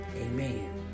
Amen